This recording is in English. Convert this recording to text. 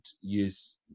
use